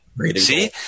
See